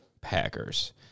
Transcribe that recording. Packers